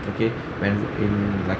okay when in like